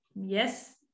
yes